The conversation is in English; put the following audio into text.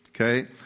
Okay